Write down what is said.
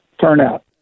turnout